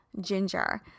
ginger